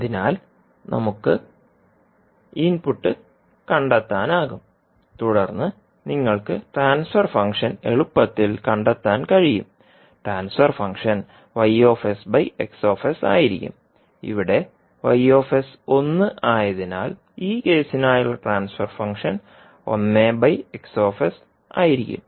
അതിനാൽ നമുക്ക് ഇൻപുട്ട് കണ്ടെത്താനാകും തുടർന്ന് നിങ്ങൾക്ക് ട്രാൻസ്ഫർ ഫംഗ്ഷൻ എളുപ്പത്തിൽ കണ്ടെത്താൻ കഴിയും ട്രാൻസ്ഫർ ഫംഗ്ഷൻ ആയിരിക്കും ഇവിടെ ഒന്ന് ആയതിനാൽ ഈ കേസിനായുള്ള ട്രാൻസ്ഫർ ഫംഗ്ഷൻ ആയിരിക്കും